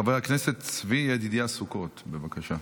חבר הכנסת צבי ידידיה סוכות, בבקשה.